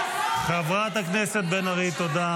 חברת הכנסת בן ארי, תודה.